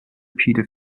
peter